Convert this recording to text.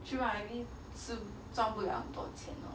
true lah 是赚不了多少钱呢